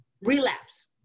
relapse